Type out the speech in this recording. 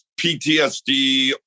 PTSD